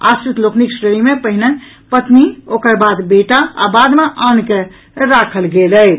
आश्रित लोकनिक श्रेणी मे पहिने पत्नी ओकर बाद बेटा आ बाद मे आन के राखल गेल अछि